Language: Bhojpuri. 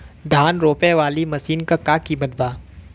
धान रोपे वाली मशीन क का कीमत बा?